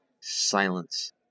Silence